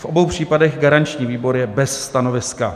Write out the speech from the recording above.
V obou případech garanční výbor je bez stanoviska.